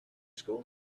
school